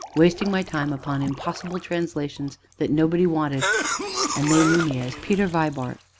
wasting my time upon impossible translations that nobody wanted and they knew me as peter vibart.